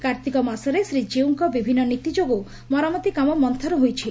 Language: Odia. କାର୍ତିକ ମାସରେ ଶ୍ରୀଜୀଉଙ୍କ ବିଭିନ୍ନ ନୀତି ଯୋଗୁଁ ମରାମତି କାମ ମନ୍ତର ହୋଇଛି